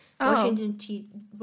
Washington